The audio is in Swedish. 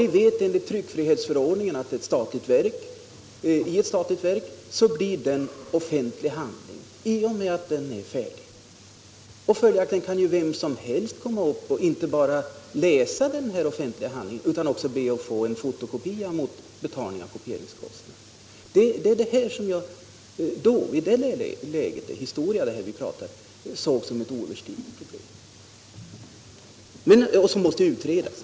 Vi vet att enligt tryckfrihetsförordningen blir en sådan sammanställning i ett statligt verk offentlig handling i och med att den är färdig. Följaktligen kan vem som helst komma upp och inte bara läsa den här offentliga handlingen utan också be att få en fotokopia mot betalning av kopieringskostnaden. Det var det som jag vid den här tidpunkten såg som ett oöverstigligt hinder, som måste utredas.